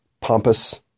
pompous